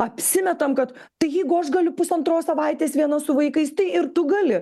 apsimetam kad tai jeigu aš galiu pusantros savaitės viena su vaikais tai ir tu gali